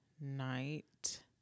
night